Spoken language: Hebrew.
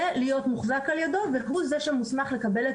הכלב המשוטט צריך להיות מוחזק על ידו והוא זה שמוסמך לקבל את